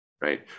Right